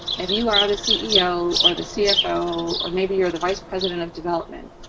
if you are the ceo or the cfo or maybe you're the vice president of development,